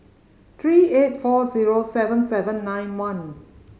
three eight four zero seven seven nine one